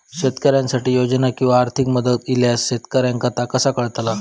शेतकऱ्यांसाठी योजना किंवा आर्थिक मदत इल्यास शेतकऱ्यांका ता कसा कळतला?